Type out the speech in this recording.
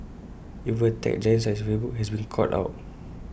even A tech giant such as Facebook has been caught out